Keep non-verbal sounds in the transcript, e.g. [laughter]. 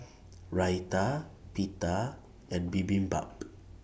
[noise] Raita Pita and Bibimbap